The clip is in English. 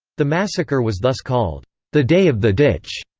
the massacre was thus called the day of the ditch.